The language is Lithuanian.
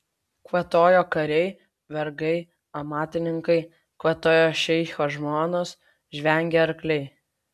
kvatojo kariai vergai amatininkai kvatojo šeicho žmonos žvengė arkliai